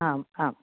आम् आं